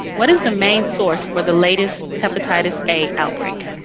what is the main source for the latest hepatitis a outbreak?